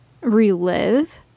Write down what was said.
relive